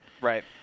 Right